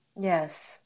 Yes